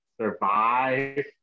survive